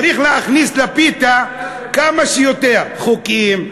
צריך להכניס לפיתה כמה שיותר חוקים,